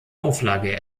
auflage